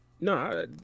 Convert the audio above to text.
No